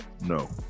No